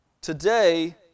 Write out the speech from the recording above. Today